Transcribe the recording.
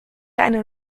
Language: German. eine